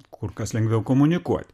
kur kas lengviau komunikuot